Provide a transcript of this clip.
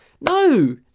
No